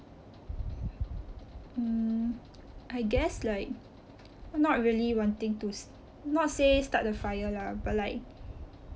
mm I guess like not really wanting to s~ not say start the fire lah but like